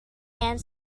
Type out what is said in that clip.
and